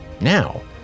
Now